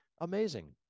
Amazing